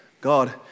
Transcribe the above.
God